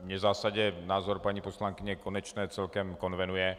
Mně v zásadě názor paní poslankyně Konečné celkem konvenuje.